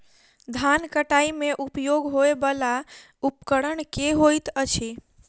धान कटाई मे उपयोग होयवला उपकरण केँ होइत अछि?